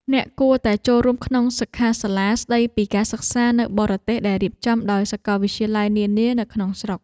អ្នកគួរតែចូលរួមក្នុងសិក្ខាសាលាស្តីពីការសិក្សានៅបរទេសដែលរៀបចំដោយសាកលវិទ្យាល័យនានានៅក្នុងស្រុក។